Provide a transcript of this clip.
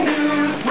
News